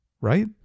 Right